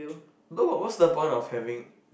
no what's the point of having